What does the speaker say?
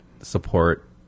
support